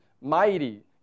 mighty